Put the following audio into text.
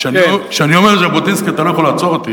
כשאני אומר "ז'בוטינסקי" אתה לא יכול לעצור אותי,